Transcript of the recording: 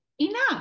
enough